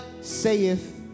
saith